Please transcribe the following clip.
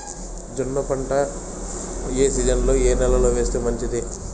జొన్న పంట ఏ సీజన్లో, ఏ నెల లో వేస్తే మంచిది?